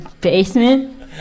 basement